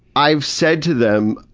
i've said to them,